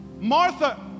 Martha